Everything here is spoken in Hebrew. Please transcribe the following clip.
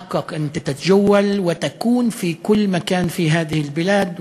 זכותך לסייר ולהיות בכל מקום בארץ הזו.